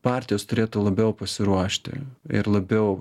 partijos turėtų labiau pasiruošti ir labiau